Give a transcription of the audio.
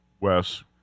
Wes